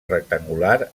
rectangular